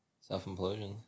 Self-implosion